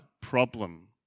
problem